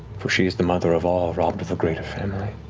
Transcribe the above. for she is the mother of all robbed of a greater family.